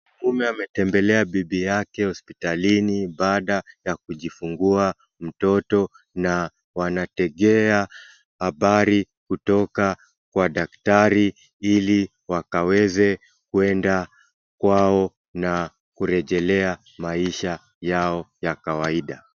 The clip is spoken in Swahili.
Mume ametembelea bibi yake hospitalini baada ya kujifungua mtoto na wanategea habari kutoka kwa daktari ili wakaweze kwenda kwao na kurejelea maisha yao ya kawaida.